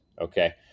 okay